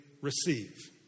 receive